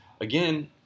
again